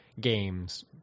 games